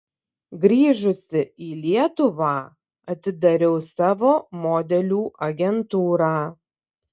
grįžusi į lietuvą atidariau savo modelių agentūrą